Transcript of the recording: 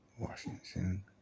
Washington